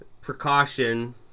precaution